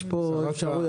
יש פה אפשרויות.